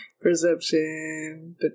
Perception